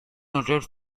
noted